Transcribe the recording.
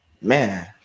Man